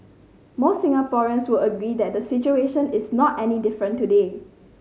most Singaporeans would agree that the situation is not any different today